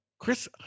Chris